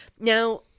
Now